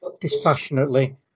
dispassionately